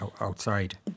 outside